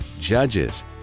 Judges